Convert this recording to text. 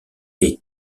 est